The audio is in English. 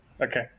Okay